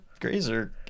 grazer